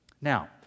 Now